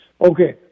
Okay